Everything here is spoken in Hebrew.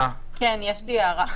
כן, יש לי הערה.